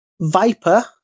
Viper